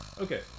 Okay